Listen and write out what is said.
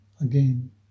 again